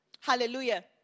Hallelujah